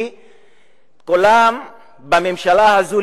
כי כולם בממשלה הזו,